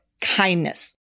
kindness